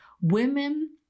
women